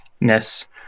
ness